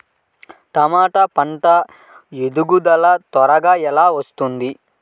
టమాట పంట ఎదుగుదల త్వరగా ఎలా వస్తుంది?